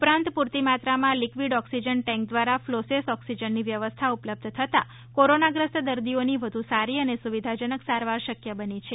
ઉપરાંત પૂરતી માત્રામાં લિક્વિડ ઓક્સિજન ટેન્ક દ્વારા ફ્લોલેસ ઓક્સિજનની વ્યવસ્થા ઉપલબ્ધ થતાં કોરોનાગ્રસ્ત દર્દીઓની વધુ સારી અને સુવિધાજનક સારવાર શક્ય બની છે